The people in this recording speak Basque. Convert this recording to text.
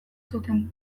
zuten